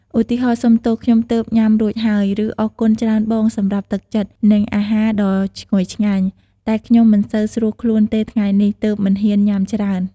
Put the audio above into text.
ឧទាហរណ៍ "សំទោស!ខ្ញុំទើបញ៉ាំរួចហើយ!" ឬ"អរគុណច្រើនបងសម្រាប់ទឹកចិត្ត និងអាហារដ៏ឈ្ងុយឆ្ងាញ់!" តែខ្ញុំមិនសូវស្រួលខ្លួនទេថ្ងៃនេះ ទើបមិនហ៊ានញ៉ាំច្រើន។